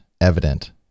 evident